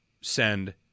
send